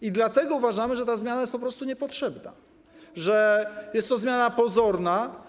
I dlatego uważamy, że ta zmiana jest po prostu niepotrzebna, że jest to zmiana pozorna.